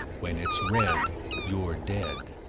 when it's red, you're dead.